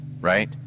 right